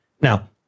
Now